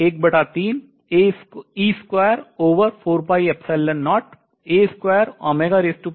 तो होना चाहिए